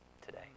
today